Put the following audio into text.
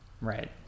Right